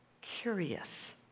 curious